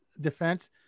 defense